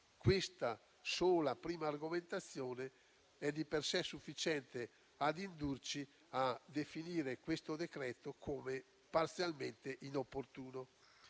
Questa sola prima argomentazione è di per sé sufficiente a indurci a definire questo decreto-legge come parzialmente inopportuno.